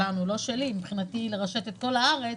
שלנו לא שלי, מבחינתי לרשת את כל הארץ.